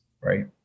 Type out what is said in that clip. Right